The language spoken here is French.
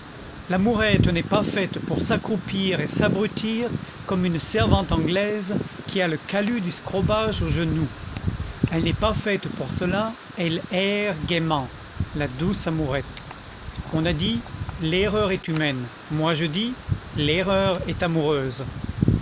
d'errer l'amourette n'est pas faite pour s'accroupir et s'abrutir comme une servante anglaise qui a le calus du scrobage aux genoux elle n'est pas faite pour cela elle erre gaîment la douce amourette on a dit l'erreur est humaine moi je dis l'erreur est amoureuse